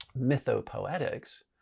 mythopoetics